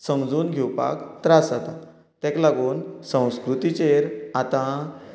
समजून घेवपाक त्रास जाता तेका लागून संस्कृतीचेर आतां